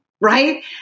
right